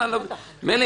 מילא,